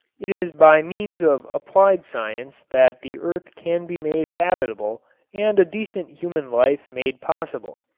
it is by means of applied science that the earth can be made habitable and a decent human life made possible.